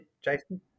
Jason